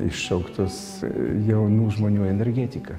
iššauktos jaunų žmonių energetika